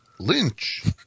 lynch